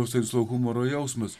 visais o humoro jausmas